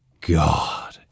God